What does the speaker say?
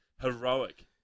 Heroic